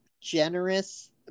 generous